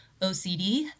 OCD